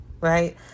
right